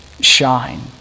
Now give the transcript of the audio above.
shine